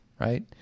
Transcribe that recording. right